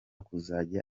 kuzajya